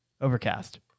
Overcast